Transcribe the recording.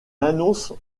annonce